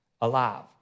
alive